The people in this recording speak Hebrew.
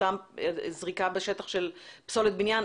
אותה זריקה בשטח של פסולת בניין.